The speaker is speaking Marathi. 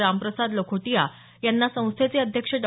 रामप्रसाद लखोटीया यांना संस्थेचे अध्यक्ष डॉ